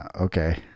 okay